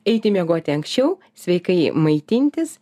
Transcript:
eiti miegoti anksčiau sveikai maitintis